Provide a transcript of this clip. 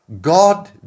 God